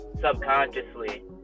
subconsciously